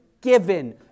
Given